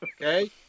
Okay